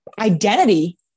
identity